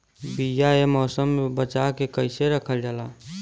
बीया ए मौसम में बचा के कइसे रखल जा?